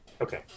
Okay